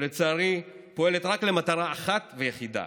שלצערי פועלת רק למטרה אחת ויחידה: